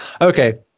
Okay